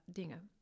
dingen